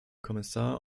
kommissar